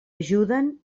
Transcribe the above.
ajuden